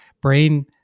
brain